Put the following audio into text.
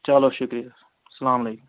چلو شُکریہ سَلامُ علیکُم